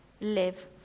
live